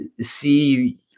see